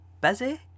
busy